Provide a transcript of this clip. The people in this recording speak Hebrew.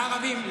לערבים.